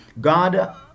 God